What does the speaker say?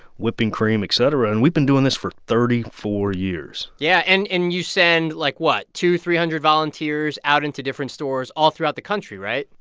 whipping cream, et cetera. and we've been doing this for thirty four years yeah, and and you send, like what? two, three hundred volunteers out into different stores all throughout the country, right?